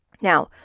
Now